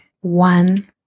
One